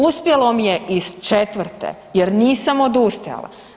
Uspjelo mi je iz četvrte jer nisam odustajala.